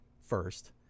first